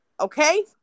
Okay